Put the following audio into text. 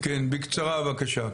כן בקצרה בבקשה.